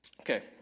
Okay